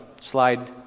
slide